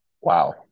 Wow